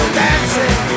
dancing